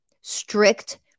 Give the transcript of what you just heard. strict